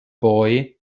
boy